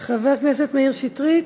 חבר הכנסת מאיר שטרית.